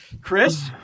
Chris